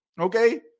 Okay